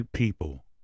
People